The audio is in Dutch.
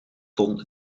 ton